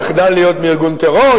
יחדל מלהיות ארגון טרור,